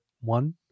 one